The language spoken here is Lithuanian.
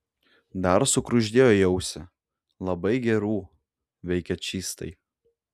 dar sukuždėjo į ausį labai gerų veikia čystai